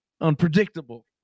unpredictable